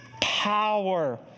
power